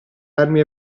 armi